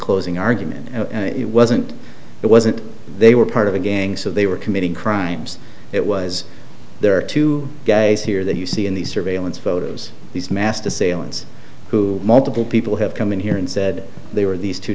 closing argument it wasn't it wasn't they were part of a gang so they were committing crimes it was there are two guys here that you see in these surveillance photos these mass to salem's who multiple people have come in here and said they were these two